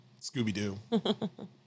scooby-doo